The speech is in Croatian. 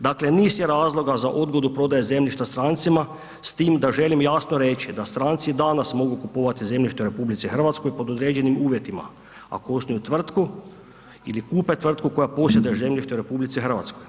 Dakle, niz je razloga za odgodu prodaje zemljišta strancima s tim da želim jasno reći da stranci danas mogu kupovati zemljište u RH pod određenim uvjetima, ako osnuju tvrtku ili kupe tvrtku koja posjeduje zemljište u RH.